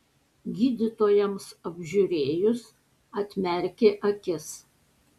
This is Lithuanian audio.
gydytojams apžiūrėjus atmerkė akis